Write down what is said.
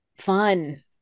fun